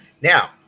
Now